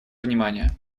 внимание